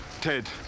Ted